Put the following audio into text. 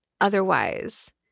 otherwise